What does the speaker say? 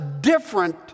different